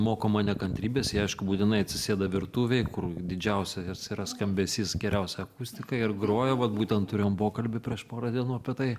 moko mane kantrybės ji aišku būtinai atsisėda virtuvėj kur didžiausias yra skambesys geriausia akustika ir groja vat būtent turėjom pokalbį prieš porą dienų apie tai